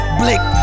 blick